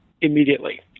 immediately